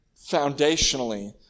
foundationally